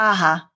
Aha